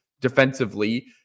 defensively